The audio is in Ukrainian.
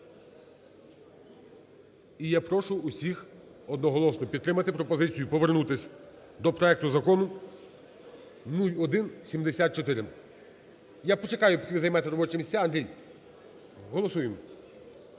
і я прошу усіх одноголосно підтримати пропозицію повернутися до проекту Закону 0174. Я почекаю, поки ви займете робочі місця. Андрій, голосуєм!